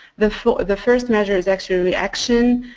the sort of the first measure is actually reaction.